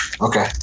Okay